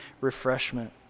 refreshment